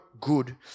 good